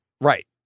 Right